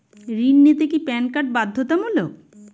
ঋণ নিতে কি প্যান কার্ড বাধ্যতামূলক?